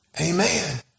Amen